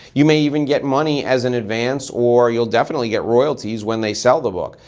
you may even get money as an advance or you'll definitely get royalties when they sell the book.